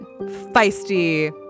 feisty